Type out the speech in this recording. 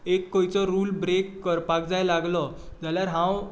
एक खंयचो rule break करपाक जर लागलो जाल्यार हांव